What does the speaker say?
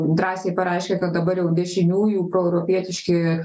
drąsiai pareiškė kad dabar jau dešiniųjų proeuropietiški